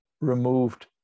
removed